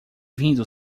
vindo